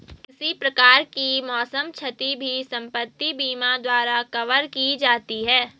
किसी प्रकार की मौसम क्षति भी संपत्ति बीमा द्वारा कवर की जाती है